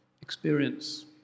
experience